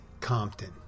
Compton